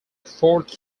fourth